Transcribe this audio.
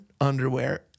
underwear